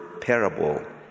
parable